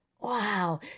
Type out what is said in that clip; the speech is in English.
Wow